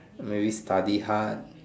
maybe study hard